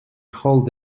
hold